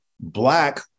Black